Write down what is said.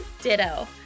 Ditto